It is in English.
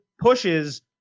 pushes